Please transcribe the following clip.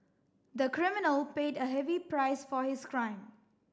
the criminal paid a heavy price for his crime